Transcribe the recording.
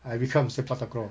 I become sepak takraw